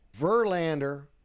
Verlander